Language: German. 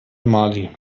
mali